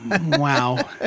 Wow